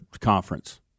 conference